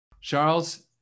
Charles